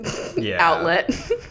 outlet